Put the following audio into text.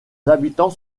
habitants